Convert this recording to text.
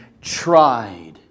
tried